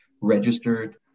registered